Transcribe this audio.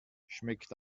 schmeckt